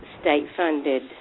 state-funded